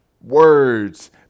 words